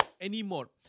anymore